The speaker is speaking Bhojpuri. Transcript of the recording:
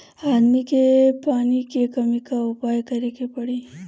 आदमी के पानी के कमी क उपाय करे के पड़ी